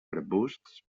arbusts